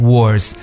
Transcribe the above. Wars